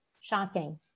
Shocking